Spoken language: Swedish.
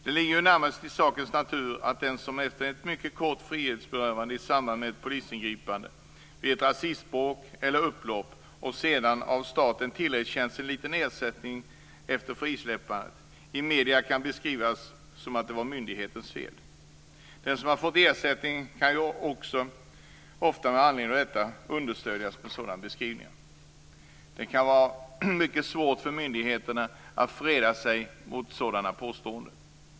Det ligger ju närmast i sakens natur att den som efter ett mycket kort frihetsberövande i samband med ett polisingripande vid ett rasistbråk eller upplopp, och som sedan av staten tillerkänns en liten ersättning efter frisläppandet, i medierna kan beskrivas som att det var myndighetens fel. Den som har fått ersättning kan ju också ofta ha anledning att understödja en sådan beskrivning. Det kan vara mycket svårt för myndigheterna att freda sig mot sådana påståenden.